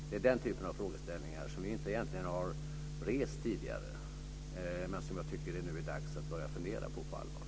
Det är den typen av frågeställningar, som vi inte egentligen har rest tidigare, som jag tycker att det nu är dags att börja fundera på på allvar.